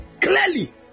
clearly